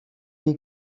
wie